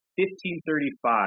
1535